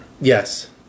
Yes